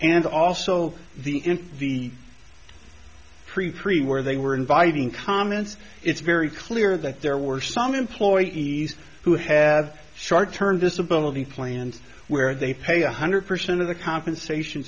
and also the the in where they were inviting comments it's very clear that there were some employees who have short term disability plans where they pay one hundred percent of the compensation